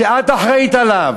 הנוער, הנוער שלך, שאת אחראית עליו,